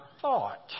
thought